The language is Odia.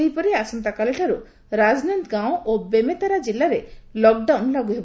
ସେହିପରି ଆସନ୍ତାକାଲିଠାରୁ ରାଜନନ୍ଦଗାଓଁ ଏବଂ ବେମେତାରା ଜିଲ୍ଲାରେ ଲକ୍ଡାଉନ୍ ଲାଗୁ ହେବ